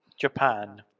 Japan